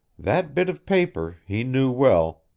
that bit of paper, he knew well,